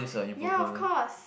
ya of course